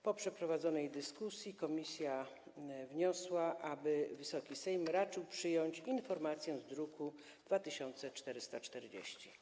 Po przeprowadzonej dyskusji komisja wniosła, aby Wysoki Sejm raczył przyjąć informację z druku nr 2440.